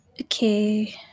Okay